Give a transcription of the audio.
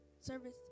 service